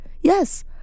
Yes